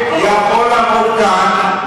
יכול לעמוד כאן,